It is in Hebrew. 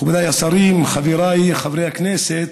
מכובדיי השרים, חבריי חברי הכנסת,